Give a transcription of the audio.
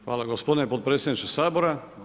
Hvala gospodine potpredsjedniče Sabora.